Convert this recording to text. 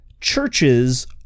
churches